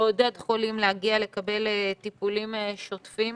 לעודד חולים להגיע לקבל טיפולים שוטפים,